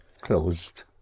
closed